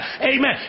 Amen